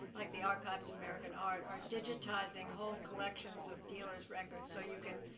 like the archives of american art, are digitizing whole collections of dealers' records so you can.